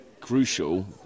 crucial